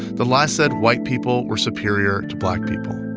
the lie said white people were superior to black people.